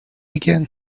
again